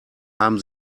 haben